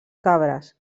cabres